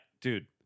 dude